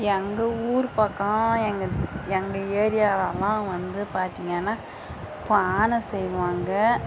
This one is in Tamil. எங்கள் ஊர் பக்கம் எங்கள் எங்கள் ஏரியாலலாம் வந்து பார்த்திங்கனா பானை செய்வாங்க